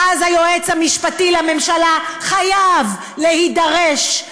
ואז היועץ המשפטי לממשלה חייב להידרש,